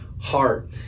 heart